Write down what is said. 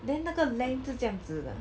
then 那个 length 是这样子的